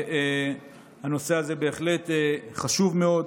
הנושא הזה בהחלט חשוב מאוד.